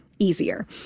easier